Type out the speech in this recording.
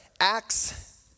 Acts